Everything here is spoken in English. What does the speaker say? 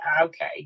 okay